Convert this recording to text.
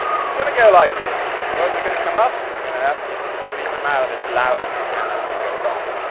it's going to go like this. words are going to come up. i'm going to ask you to scream them out as loud as you can as we go along.